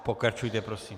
Pokračujte, prosím.